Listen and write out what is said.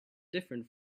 different